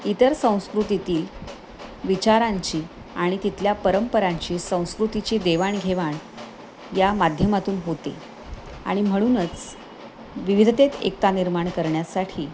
इतर संस्कृतीतील विचारांची आणि तिथल्या परंपरांची संस्कृतीची देवाणघेवाण या माध्यमातून होते आणि म्हणूनच विविधतेत एकता निर्माण करण्यासाठी